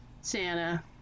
Santa